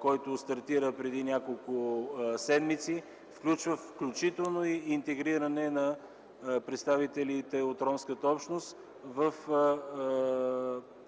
който стартира преди няколко седмици, включва и интегриране на представителите от ромската общност